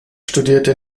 studierte